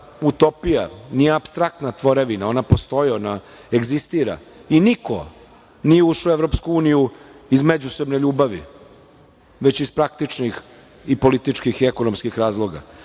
utopija, nije apstraktna tvorevina, ona postoji, ona egzistira i niko nije ušao u Evropsku uniju iz međusobne ljubavi, već iz praktičnih, političkih i ekonomskih razloga.